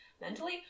mentally